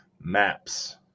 maps